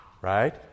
Right